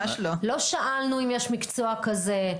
לא שאלנו אם יש מקצוע כזה.